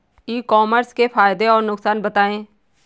ई commerce के फायदे और नुकसान बताएँ?